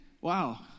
wow